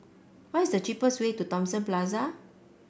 what is the cheapest way to Thomson Plaza